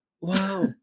Wow